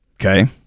Okay